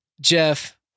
Jeff